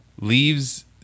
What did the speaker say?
leaves